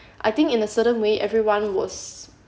I think in a certain way everyone was